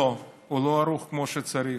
לא, הוא לא ערוך כמו שצריך.